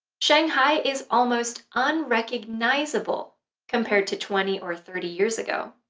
shanghai is almost unrecognisable compared to twenty or thirty years ago.